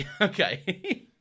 Okay